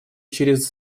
через